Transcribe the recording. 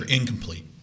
incomplete